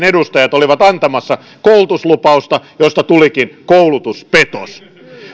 edustajat olivat antamassa koulutuslupausta josta tulikin koulutuspetos